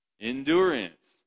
Endurance